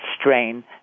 strain